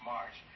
March